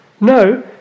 No